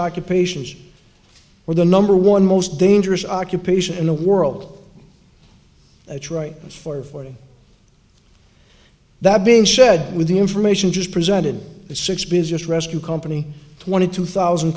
occupations where the number one most dangerous occupation in the world that's right four forty that being said with the information just presented six business rescue company twenty two thousand